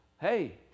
hey